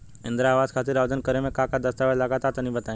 इंद्रा आवास खातिर आवेदन करेम का का दास्तावेज लगा तऽ तनि बता?